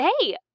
hey